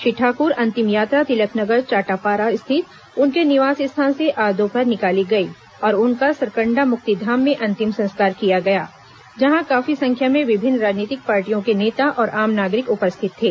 श्री ठाकुर अंतिम यात्रा तिलक नगर चाटापारा स्थित उनके निवास स्थान से आज दोपहर निकाली गई और उनका सरकंडा मुक्तिधाम में अंतिम संस्कार किया गया जहां काफी संख्या में विभिन्न राजनीतिक पार्टियों के नेता और आम नागरिक उपस्थित थे